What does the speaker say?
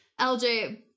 LJ